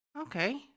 Okay